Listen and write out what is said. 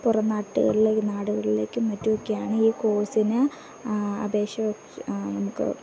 പുറം നാടുകളിലേക്ക് നാടുകളിലേക്കും മറ്റുമൊക്കെയാണ് ഈ കോഴ്സിന് അപേക്ഷ നമുക്ക്